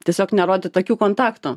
tiesiog nerodyt akių kontakto